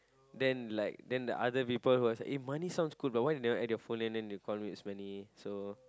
then like then the other people who was like eh money sounds cool but why you never add the full name then they call me Ismani so